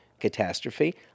catastrophe